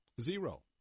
Zero